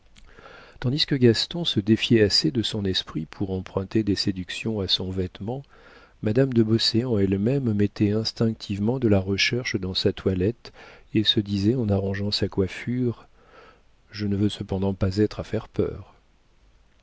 tandis que gaston se défiait assez de son esprit pour emprunter des séductions à son vêtement madame de beauséant elle-même mettait instinctivement de la recherche dans sa toilette et se disait en arrangeant sa coiffure je ne veux cependant pas être à faire peur